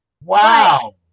Wow